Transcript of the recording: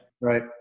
Right